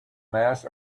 mass